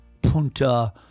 Punta